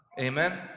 Amen